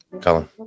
Colin